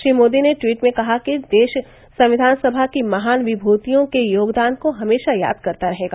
श्री मोदी ने ट्वीट में कहा कि देश संविधान सभा की महान विभूतियों के योगदान को हमेशा याद करता रहेगा